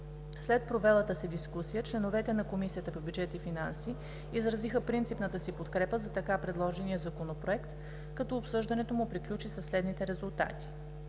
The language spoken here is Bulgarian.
След провелата се дискусия членовете на Комисията по бюджет и финанси изразиха принципната си подкрепа за така предложения законопроект, като обсъждането му приключи със следните резултати: